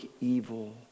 evil